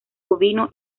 bovino